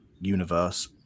universe